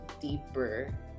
deeper